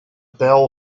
bell